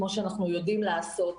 כמו שאנחנו יודעים לעשות,